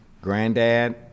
Granddad